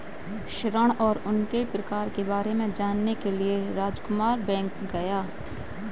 ऋण और उनके प्रकार के बारे में जानने के लिए रामकुमार बैंक गया